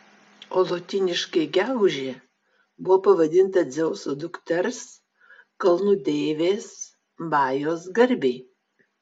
o lotyniškai gegužė buvo pavadinta dzeuso dukters kalnų deivės majos garbei